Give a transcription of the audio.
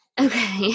Okay